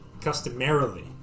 customarily